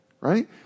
right